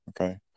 Okay